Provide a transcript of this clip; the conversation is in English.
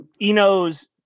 Eno's